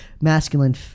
masculine